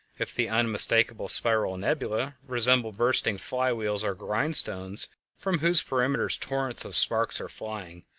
if the unmistakably spiral nebulae resemble bursting fly-wheels or grindstones from whose perimeters torrents of sparks are flying,